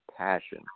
Passion